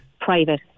private